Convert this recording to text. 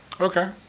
Okay